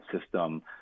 system